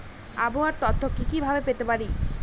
আবহাওয়ার তথ্য কি কি ভাবে পেতে পারি?